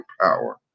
power